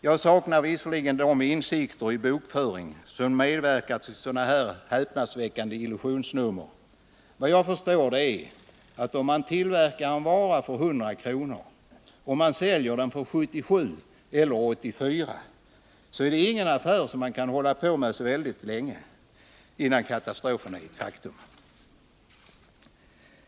Jag saknar visserligen de insikter i bokföring som medverkar till sådana häpnadsväckande illusionsnummer, men vad jag förstår är att om man tillverkar en vara till en kostnad av 100 kr. och säljer den för 77 eller 84 125 kr. så är det ingen affär som man kan hålla på med så värst länge innan katastrofen är ett faktum.